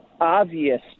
obvious